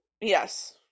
Yes